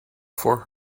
for